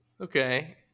Okay